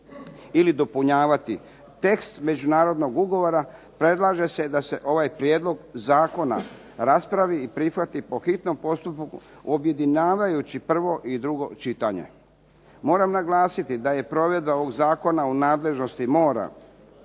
ili nadopunjavati tekst Međunarodnog ugovora, predlaže se da se ovaj Prijedlog zakona prihvati i raspravi po hitnom postupku objedinjavajući prvo i drugo čitanje. Moram naglasiti da je provedba ovog Zakona u nadležnosti mora,